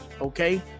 okay